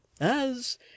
as